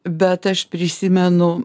bet aš prisimenu